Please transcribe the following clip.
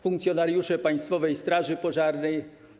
Funkcjonariusze Państwowej Straży Pożarnej!